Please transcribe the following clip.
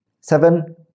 seven